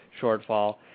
shortfall